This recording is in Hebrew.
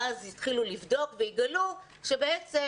אז יתחילו לבדוק ויגלו שבעצם